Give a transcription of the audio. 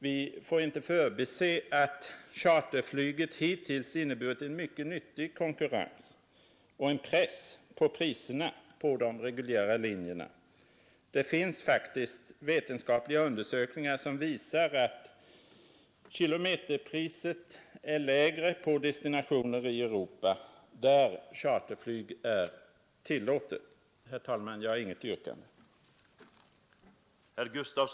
Vi får inte förbise att charterflyget hittills inneburit en mycket nyttig konkurrens och en press på priserna på de reguljära linjerna. Det finns faktiskt vetenskapliga undersökningar som visar att kilometerpriset i Europa är lägre på destinationer, där charterflyg är tillåtet, i jämförelse med andra destinationer. Herr talman!